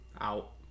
out